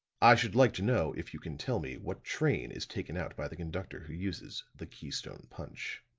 i should like to know, if you can tell me, what train is taken out by the conductor who uses the keystone punch.